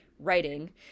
writing